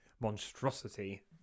monstrosity